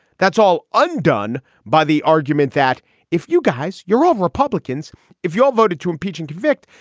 that's all undone by the argument that if you guys you're all republicans if you all voted to impeach and convict,